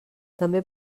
també